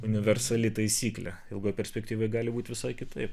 universali taisyklė ilgoj perspektyvoj gali būti visai kitaip